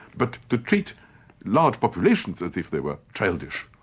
but to treat large populations as if they were childish,